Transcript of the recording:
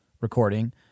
recording